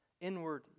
Inward